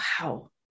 wow